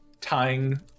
tying